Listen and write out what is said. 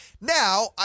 Now